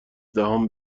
دهم